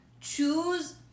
choose